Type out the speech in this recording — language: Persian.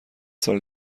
سال